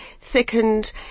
thickened